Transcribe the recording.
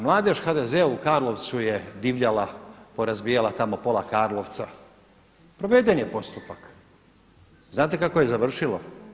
Mladež HDZ-a u Karlovcu je divljala, porazbijala tamo pola Karlovca, proveden je postupak, znate kako je završilo?